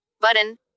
button